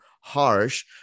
harsh